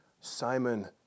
Simon